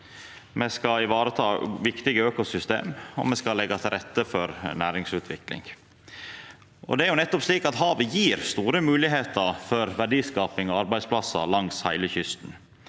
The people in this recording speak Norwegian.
Me skal vareta viktige økosystem, og me skal leggja til rette for næringsutvikling. Havet gjev store moglegheiter for verdiskaping og arbeidsplassar langs heile kysten,